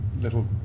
little